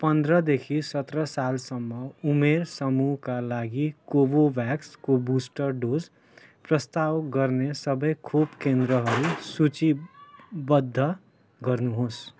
पन्ध्रदेखि सत्र सालसम्म उमेर समूहका लागि कोभोभ्याक्सको बुस्टर डोज प्रस्ताव गर्ने सबै खोप केन्द्रहरू सूचीबद्ध गर्नुहोस्